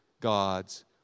God's